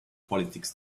politics